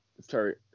Sorry